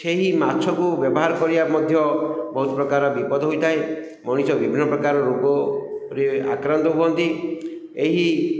ସେହି ମାଛକୁ ବ୍ୟବହାର କରିବା ମଧ୍ୟ ବହୁତ ପ୍ରକାର ବିପଦ ହୋଇଥାଏ ମଣିଷ ବିଭିନ୍ନ ପ୍ରକାର ରୋଗରେ ଆକ୍ରାନ୍ତ ହୁଅନ୍ତି ଏହି